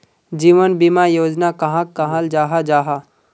जीवन बीमा योजना कहाक कहाल जाहा जाहा?